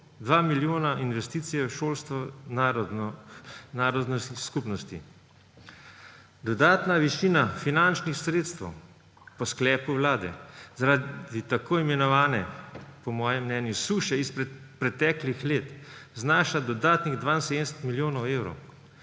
2 milijona investicij v šolstvo narodnostnih skupnosti. Dodatna višina finančnih sredstev po sklepu Vlade za tako imenovane, po mojem mnenju, suše izpred preteklih let znaša dodatnih 72 milijonov evrov.